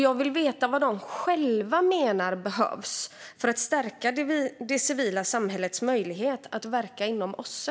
Jag vill veta vad de själva menar behövs för att stärka det civila samhällets möjlighet att verka inom OSSE.